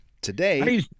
Today